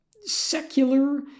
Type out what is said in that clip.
secular